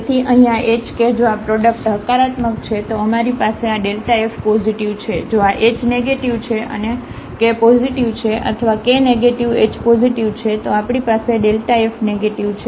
તેથી અહીં આ hk જો આ પ્રોડક્ટ હકારાત્મક છે તો અમારી પાસે આ f પોઝિટિવ છે જો આ h નેગેટીવ છે અને કે પોઝિટિવ છે અથવા k નેગેટિવ એચ પોઝિટિવ છે તો આપણી પાસે f નેગેટીવ છે